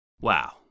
Wow